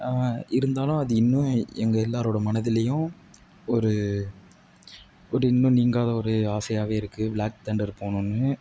இருந்தாலும் அது இன்னும் எங்கள் எல்லோரோட மனதுலேயும் ஒரு ஒரு இன்னும் நீங்காத ஒரு ஆசையாகவே இருக்குது பிளாக் தண்டர் போகணுன்னு